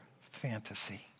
fantasy